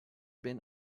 been